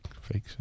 Fake